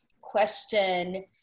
question